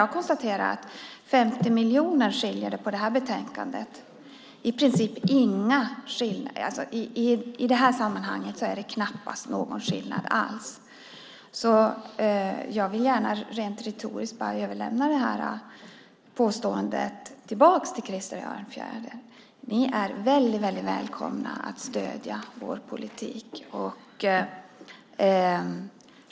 Jag konstaterar att det skiljer 50 miljoner i det här betänkandet. Det är i princip inga skillnader. I detta sammanhang är det knappast någon skillnad alls. Jag vill gärna rent retoriskt överlämna påståendet tillbaka till Krister Örnfjäder. Ni är väldigt välkomna att stödja vår politik.